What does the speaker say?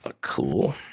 Cool